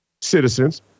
citizens